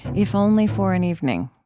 if only for an evening